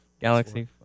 Galaxy